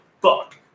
fuck